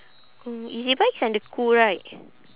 ezbuy is under right